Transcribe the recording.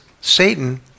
Satan